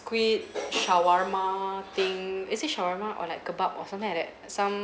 squid shawarma thing is it shawarma or like kebab or something like that some